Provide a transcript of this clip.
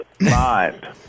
mind